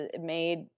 made